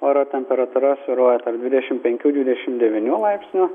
oro temperatūra svyruoja tarp dvidešim penkių dvidešim devynių laipsnių